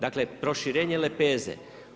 Dakle, proširenje lepeze.